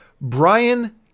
Brian